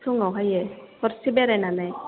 फुङावहायो हरसे बेरायनानै